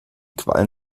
quallen